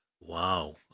Wow